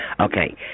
Okay